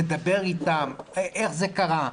נדבר איתם על איך זה קרה.